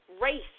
race